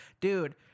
Dude